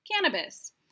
Cannabis